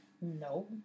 No